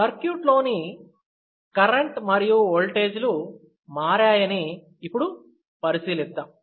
సర్క్యూట్లోని కరెంట్ మరియు ఓల్టేజ్లు మారాయని ఇప్పుడు పరిశీలిద్దాం